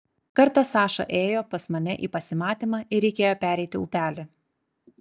kartą saša ėjo pas mane į pasimatymą ir reikėjo pereiti upelį